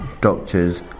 doctors